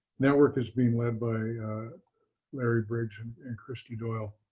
that work is being led by larry briggs and christy doyle.